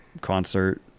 concert